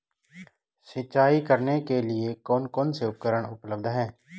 सिंचाई करने के लिए कौन कौन से उपकरण उपलब्ध हैं?